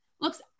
looks